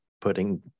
putting